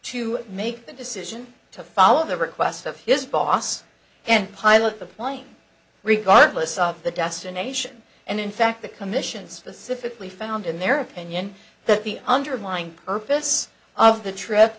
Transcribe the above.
to make the decision to follow the request of his boss and pilot the plane regardless of the destination and in fact the commission specifically found in their opinion that the underlying purpose of the trip